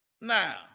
Now